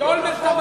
כי אולמרט אמר